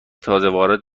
تازهوارد